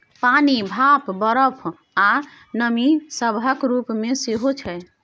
पानि, भाप, बरफ, आ नमी सभक रूप मे सेहो छै